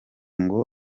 ngo